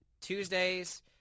Tuesdays